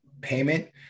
payment